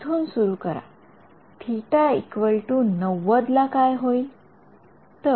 इथून सुरु करा Ө ९० ला काय होईलहा